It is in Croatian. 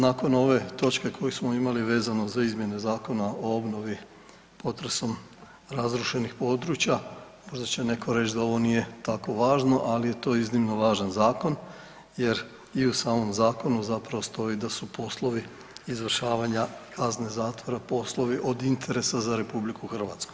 Nakon ove točke koju smo imali vezano za izmjene Zakona o obnovi potresom razrušenih područja možda će netko reći da ovo nije tako važno, ali je to iznimno važan zakon jer i u samom zakonu zapravo stoji da su poslovi izvršavanja kazne zatvora poslovi od interesa za RH.